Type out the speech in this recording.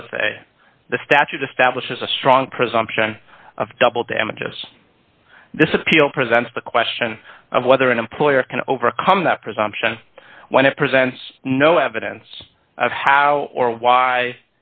violates the statute establishes a strong presumption of double damages this appeal presents the question of whether an employer can overcome that presumption when it presents no evidence of how or why